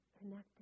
Connected